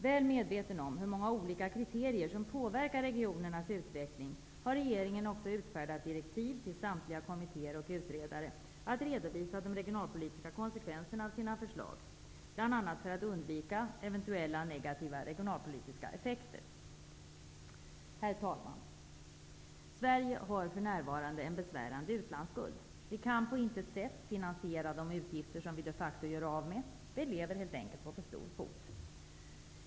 Väl medveten om hur många olika kriterier som påverkar regionernas utveckling har regeringen också utfärdat direktiv till samtliga kommittéer och utredare att redovisa de regionalpolitiska konsekvenserna av sina förslag, bl.a. för att undvika eventuella negativa regionalpolitiska effekter. Herr talman! Sverige har för närvarande en besvärande utlandsskuld. Vi kan på intet sätt finansiera de utgifter som vi de facto gör av med. Vi lever helt enkelt på för stor fot.